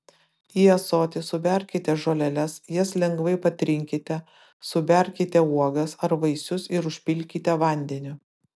į ąsotį suberkite žoleles jas lengvai patrinkite suberkite uogas ar vaisius ir užpilkite vandeniu